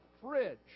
fridge